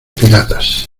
piratas